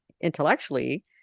intellectually